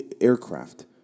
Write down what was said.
aircraft